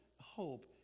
hope